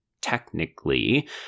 technically